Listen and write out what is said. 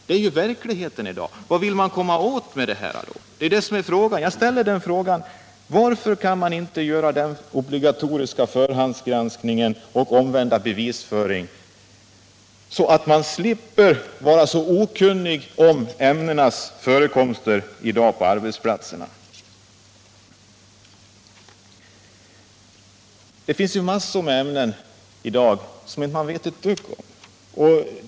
Det är verkligheten i dag. Varför kan man inte införa en obligatorisk förhandsgranskning och tillämpa omvänd bevisföring, så att man slipper vara så okunnig om ämnenas förekomst på arbetsplatserna? Det finns massor med ämnen i dag som man inte vet ett dugg om.